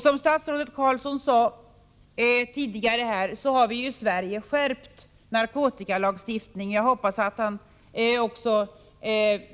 Som statsrådet Carlsson sade i sitt anförande har vi i Sverige skärpt narkotikalagstiftningen. Jag hoppas att han också